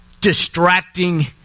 distracting